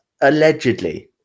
Allegedly